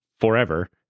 forever